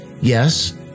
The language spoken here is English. yes